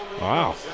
Wow